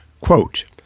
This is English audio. Quote